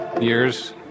Years